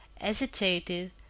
hesitated